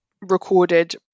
recorded